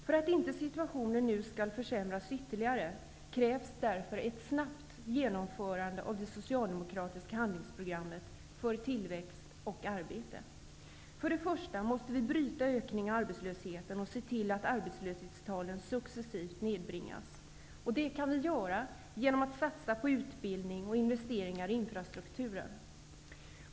För att inte situationen nu skall försämras ytterligare krävs därför ett snabbt genomförande av det socialdemokratiska handlingsprogrammet för tillväxt och arbete. För det första måste vi nu bryta ökningen av arbetslösheten och se till att arbetslöshetstalen successivt nedbringas. Det kan vi göra genom att satsa på utbildning och investeringar i infrastrukturen.